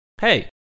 hey